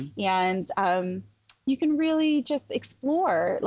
yeah and um you can really just explore. like,